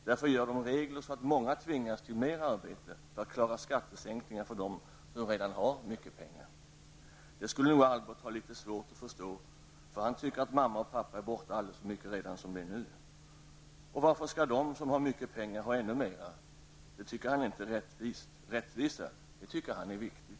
Därför gör de regler så att många tvingas till mera arbete, för att klara skattesänkningar för dem som redan har mycket pengar. Det skulle nog Albert ha litet svårt att förstå, för han tycker att mamma och pappa är borta alldeles för mycket redan som det är nu. Och varför skall de som har mycket pengar ha ännu mera? Det tycker han inte är rättvist. Rättvisa, det tycker han är viktigt.